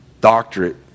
doctorate